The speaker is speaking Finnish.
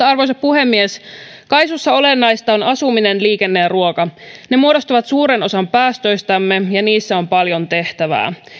arvoisa puhemies kaisussa olennaista on asuminen liikenne ja ruoka ne muodostavat suuren osan päästöistämme ja niissä on paljon tehtävää